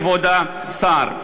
כבוד השר.